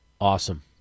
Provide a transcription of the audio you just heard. Awesome